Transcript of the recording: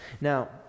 Now